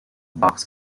box